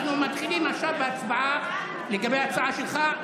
אנחנו מתחילים עכשיו בהצבעה על ההצעה שלך,